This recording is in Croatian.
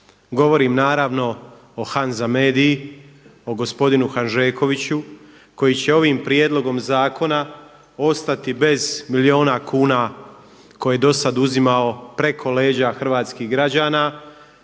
Govorim naravno o Hanza Meda-i, o gospodinu Hanžekoviću koji će ovim prijedlogom zakona ostati bez milijuna kuna koje je do sada uzimao preko leđa hrvatskih građana